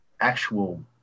actual